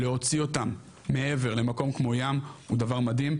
להוציא אותם מעבר למקום כמו ים הוא דבר מדהים,